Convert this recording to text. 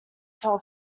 told